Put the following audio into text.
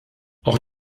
auch